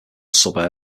suburb